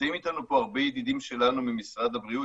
נמצאים איתנו פה הרבה ידידים שלנו ממשרד הבריאות,